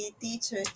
teacher